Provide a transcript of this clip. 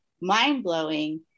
mind-blowing